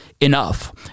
enough